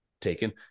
taken